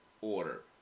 order